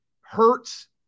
Hurts